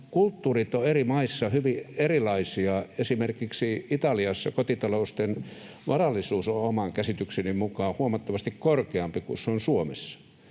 kulttuurit ovat eri maissa hyvin erilaisia, esimerkiksi Italiassa kotitalouksien varallisuus on oman käsitykseni mukaan huomattavasti korkeampi kuin se on Suomessa.